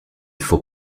faut